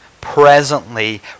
presently